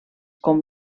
com